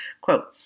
Quote